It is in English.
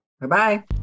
Bye-bye